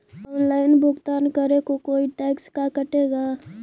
Online भुगतान करे को कोई टैक्स का कटेगा?